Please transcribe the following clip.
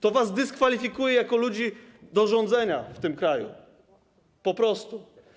To was dyskwalifikuje jako ludzi do rządzenia w tym kraju po prostu.